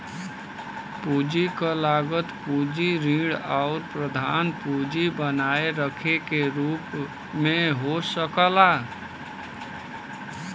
पूंजी क लागत पूंजी ऋण आउर प्रधान पूंजी बनाए रखे के रूप में हो सकला